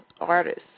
artists